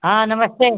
हाँ नमस्ते